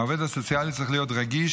העובד הסוציאלי צריך להיות רגיש,